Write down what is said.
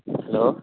hello